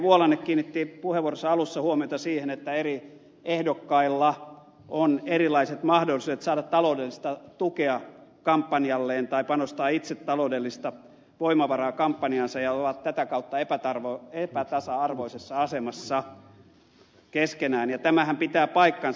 vuolanne kiinnitti puheenvuoronsa alussa huomiota siihen että eri ehdokkailla on erilaiset mahdollisuudet saada taloudellista tukea kampanjalleen tai panostaa itse taloudellista voimavaraa kampanjaansa ja he ovat tätä kautta epätasa arvoisessa asemassa keskenään ja tämähän pitää paikkansa